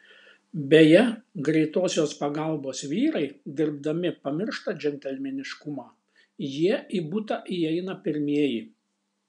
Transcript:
beje greitosios pagalbos vyrai dirbdami pamiršta džentelmeniškumą jie į butą įeina pirmieji